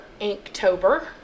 Inktober